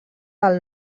del